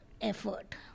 effort